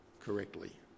correctly